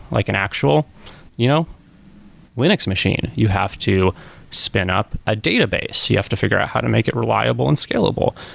like an actual you know linux machine. you have to spin up a database. you have to figure out how to make it reliable and scalable.